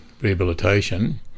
rehabilitation